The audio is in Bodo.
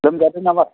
लोमजादों नामा